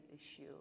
issue